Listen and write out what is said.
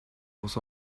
was